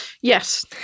Yes